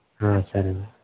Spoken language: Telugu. సరే అండి